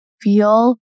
feel